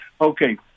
Okay